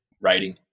writing